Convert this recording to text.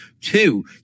Two